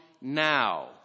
now